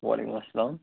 وعلیکُم اسلام